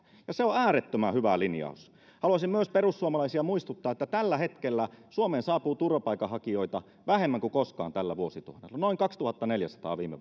ja se on äärettömän hyvä linjaus haluaisin myös perussuomalaisia muistuttaa että tällä hetkellä suomeen saapuu turvapaikanhakijoita vähemmän kuin koskaan tällä vuosituhannella noin kaksituhattaneljäsataa viime